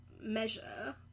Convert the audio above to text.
measure